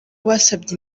basabye